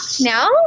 now